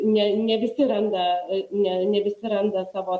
ne ne visi randa ne visi randa savo